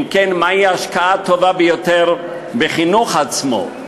אם כן, מהי ההשקעה ביותר בחינוך עצמו?